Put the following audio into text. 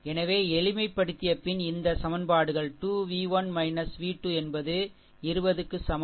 எனவே எளிமைப்படுத்திய பின் இந்த சமன்பாடுகள் 2 v 1 v 2 என்பது 20 க்கு சமம்